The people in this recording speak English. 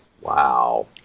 Wow